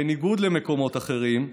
בניגוד למקומות אחרים,